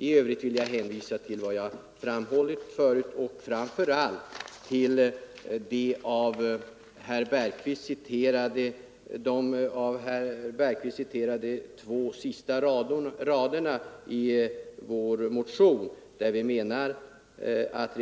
I övrigt vill jag hänvisa till vad jag framhållit förut i denna debatt. Framför allt vill jag åberopa de av herr Bergqvist citerade två sista raderna i vår motion. Vi menar att